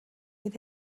with